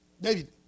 David